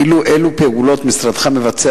2. אילו פעולות מבצע